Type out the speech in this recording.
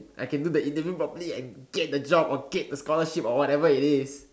I can do the interview properly and get the job or get the scholarship or whatever it is